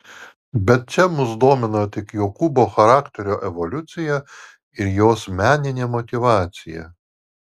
bet čia mus domina tik jokūbo charakterio evoliucija ir jos meninė motyvacija